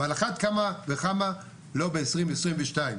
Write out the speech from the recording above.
ועל אחת כמה וכמה לא ב-2022.